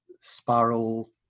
spiral